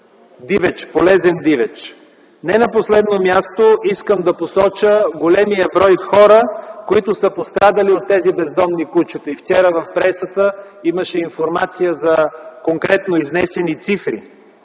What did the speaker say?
полезен дивеч. Не на последно място искам да посоча големия брой хора, които са пострадали от тези бездомни кучета. И вчера в пресата имаше информация и конкретно изнесени цифри.